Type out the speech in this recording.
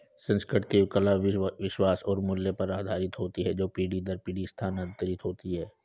संस्कृति एवं कला विश्वास और मूल्य पर आधारित होती है जो पीढ़ी दर पीढ़ी स्थानांतरित होती हैं